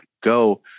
go